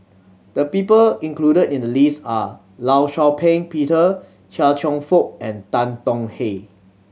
the people included in the list are Law Shau Ping Peter Chia Cheong Fook and Tan Tong Hye